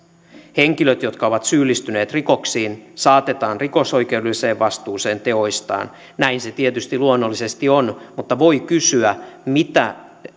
henkilöt jotka ovat syyllistyneet rikoksiin saatetaan rikosoikeudelliseen vastuuseen teoistaan näin se tietysti luonnollisesti on mutta voi kysyä mitä